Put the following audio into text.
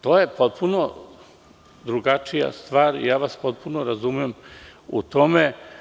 To je potpuno drugačija stvar i potpuno vas razumem u tome.